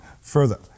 further